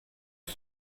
que